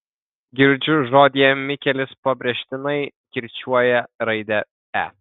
girdžiu žodyje mikelis pabrėžtinai kirčiuoja raidę e